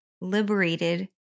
liberated